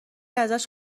ازش